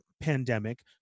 pandemic